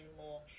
more